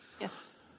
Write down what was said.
Yes